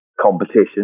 competition